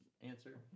answer